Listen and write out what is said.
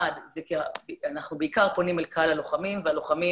1. כי אנחנו בעיקר פונים אל קהל הלוחמים והלוחמים